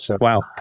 wow